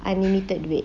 unlimited duit